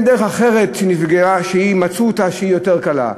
אין דרך אחרת שמצאו שהיא יותר קלה.